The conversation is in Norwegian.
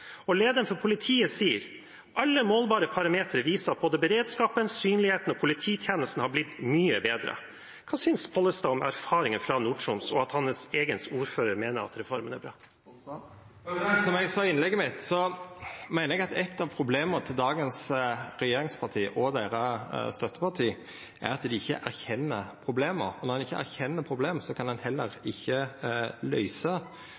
Lederen for politiet sier: «Alle målbare parametre viser at både beredskapen, synligheten og polititjenesten har blitt mye bedre.» Hva synes Pollestad om erfaringene fra Nord-Troms, og at hans egen ordfører mener at reformen er bra? Som eg sa i innlegget mitt, meiner eg at eitt av problema til dagens regjeringsparti og deira støtteparti er at dei ikkje erkjenner problema, og når ein ikkje erkjenner problema, kan